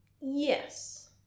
yes